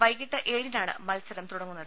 വൈകീട്ട് ഏഴിനാണ് മത്സരം തുടങ്ങുന്നത്